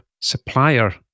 supplier